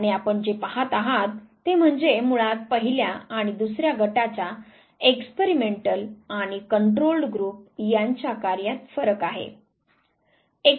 आणि आपण जे पहात आहात ते म्हणजे मुळात पहिल्या आणि दुसर्या गटाच्या एक्सपेरिमेंटल आणि कंट्रोलड ग्रुप यांच्या कार्यात फरक आहे